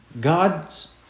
God's